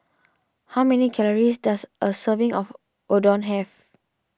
how many calories does a serving of Oden have